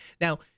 now